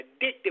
addictive